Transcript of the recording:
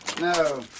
No